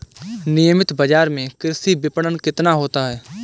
नियमित बाज़ार में कृषि विपणन कितना होता है?